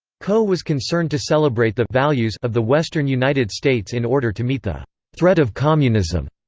coe was concerned to celebrate the values of the western united states in order to meet the threat of communism.